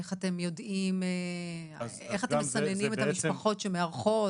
איך אתם מסננים את המשפחות שמארחות,